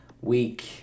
week